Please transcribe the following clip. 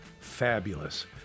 fabulous